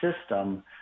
system